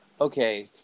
Okay